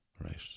Right